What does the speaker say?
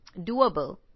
doable